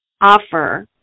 offer